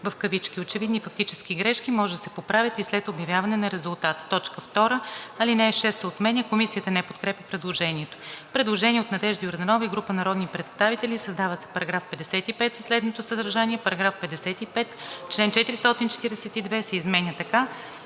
„поправка“. Очевидни фактически грешки може да се поправят и след обявяване на резултата.“ 2. Алинея 6 се отменя.“ Комисията не подкрепя предложението. Предложение от Надежда Йорданова и група народни представители: „Създава се § 55 със следното съдържание: „§ 55. Член 442 се изменя така: